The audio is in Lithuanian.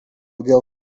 dėl